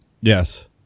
yes